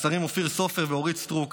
לשרים אופיר סופר ואורית סטרוק,